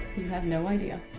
you have no idea.